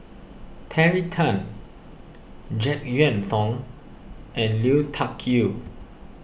Terry Tan Jek Yeun Thong and Lui Tuck Yew